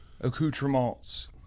accoutrements